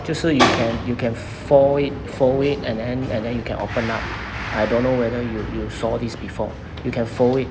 就是 you can you can fold it fold it and then and then you can open up I don't know whether you you saw these before you can fold it